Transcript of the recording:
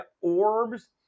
orbs